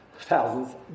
thousands